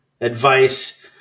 advice